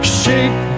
shake